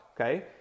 okay